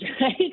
right